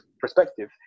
perspective